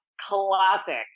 Classic